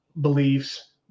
beliefs